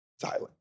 silent